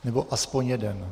Nebo aspoň jeden.